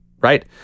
right